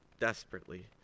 desperately